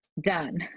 done